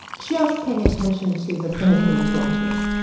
just paying attention to the things that are important to us.